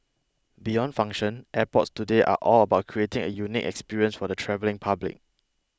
beyond function airports today are all about creating a unique experience for the travelling public